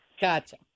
Gotcha